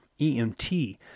EMT